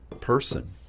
person